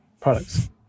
products